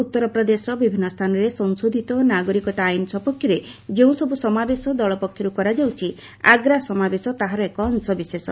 ଉତ୍ତରପ୍ରଦେଶର ବିଭିନ୍ନ ସ୍ଥାନରେ ସଂଶୋଧିତ ନାଗରିକତା ଆଇନ୍ ସପକ୍ଷରେ ଯେଉଁସବ୍ ସମାବେଶ ଦଳ ପକ୍ଷର୍ କରାଯାଉଛି ଆଗା ସମାବେଶ ତାହାର ଏକ ଅଶବିଶେଷ